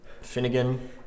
Finnegan